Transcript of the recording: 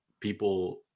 people